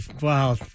wow